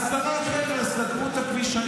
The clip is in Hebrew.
עשרה חבר'ה סגרו את הכביש.